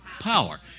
power